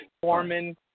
Foreman